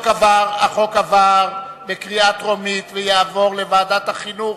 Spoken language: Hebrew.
החוק עבר בקריאה טרומית ויעבור לוועדת החינוך,